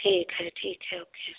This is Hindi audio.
ठीक है ठीक है ओके